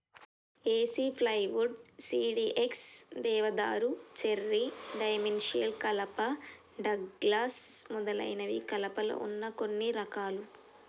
ఏసి plywood, CDX, దేవదారు, cherry, dimensional కలప, Douglas మొదలైనవి కలపలో వున్న కొన్ని రకాలు